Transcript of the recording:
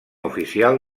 oficial